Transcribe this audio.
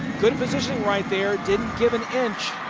good positioning right there. didn't give an inch.